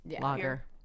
lager